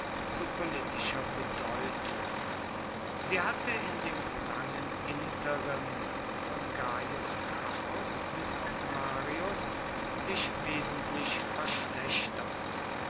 zu politischer bedeutung sie hatte in dem langen interim von gaius gracchus bis auf marius sich wesentlich verschlechtert